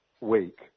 week